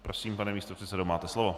Prosím, pane místopředsedo, máte slovo.